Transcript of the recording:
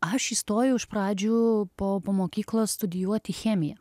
aš įstojau iš pradžių po po mokyklos studijuoti chemiją